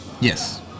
Yes